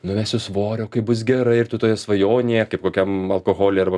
numesiu svorio kaip bus gerai ir tu toje svajonėje kaip kokiam alkoholyje arba